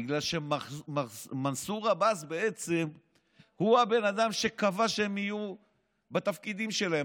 בגלל שמנסור עבאס בעצם הוא הבן אדם שקבע שהם יהיו בתפקידים שלהם.